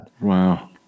Wow